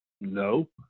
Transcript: no